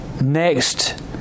next